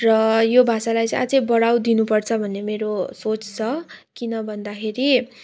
र यो भाषालाई चाहिँ अझै बढावा दिनु पर्छ भन्ने मेरो सोच छ किन भन्दाखेरि